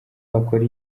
wakora